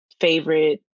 favorite